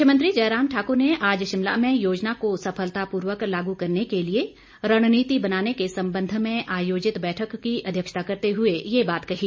मुख्यमंत्री जयराम ठाकुर ने आज शिमला में योजना को सफलतापूर्वक लागू करने के लिए रणनीति बनाने के संबंध में आयोजित बैठक की अध्यक्षता करते हुए ये बात कही